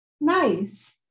Nice